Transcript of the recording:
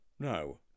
No